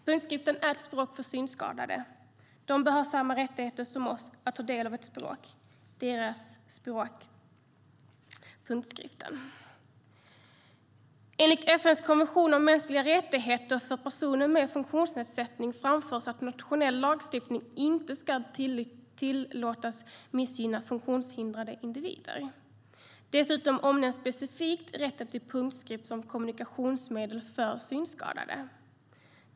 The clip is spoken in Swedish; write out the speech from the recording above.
Punktskriften är ett språk för synskadade. De bör ha samma rättigheter som vi att ta del av ett språk, deras språk punktskriften. I FN:s konvention om mänskliga rättigheter för personer med funktionsnedsättning framförs att nationell lagstiftning inte ska tillåtas missgynna funktionshindrade individer. Dessutom nämns specifikt rätten till punktskrift som kommunikationsmedel för synskadade.